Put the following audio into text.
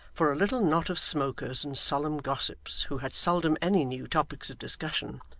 for a little knot of smokers and solemn gossips, who had seldom any new topics of discussion,